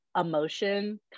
emotion